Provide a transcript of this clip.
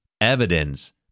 Evidence